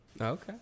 Okay